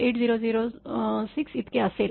8006 इतके असेल